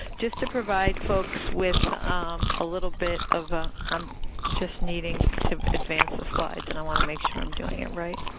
just to provide folks with a little bit of a i'm just needing to advance the slides and i want to make sure i'm doing it right.